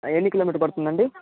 ఎన్ని కిలోమీటర్లు పడుతుంది అండి